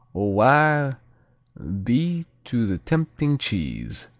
o wae be to the tempting cheese,